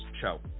show